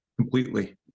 completely